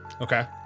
Okay